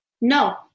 No